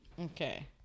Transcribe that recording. Okay